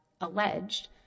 alleged